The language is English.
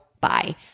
Bye